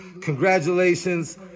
congratulations